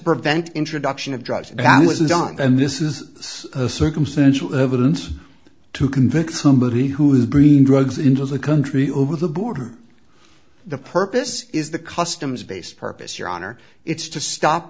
prevent introduction of drugs and was done and this is a circumstantial evidence to convict somebody who is green drugs into the country over the border the purpose is the customs based purpose your honor it's to stop